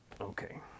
Okay